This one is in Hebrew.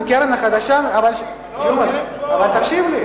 אבל תקשיב לי.